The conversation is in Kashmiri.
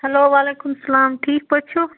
ہیلو وعلیکُم سلام ٹھیٖک پٲٹھۍ چھِو